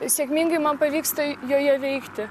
sėkmingai man pavyksta joje veikti